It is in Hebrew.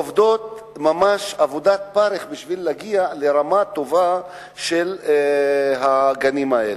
הן עובדות ממש עבודת פרך כדי להגיע לרמה טובה בגנים האלה.